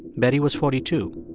betty was forty two,